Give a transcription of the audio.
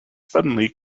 suddenly